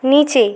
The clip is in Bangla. নিচে